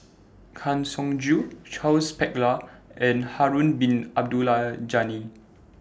Kang Siong Joo Charles Paglar and Harun Bin Abdul Ghani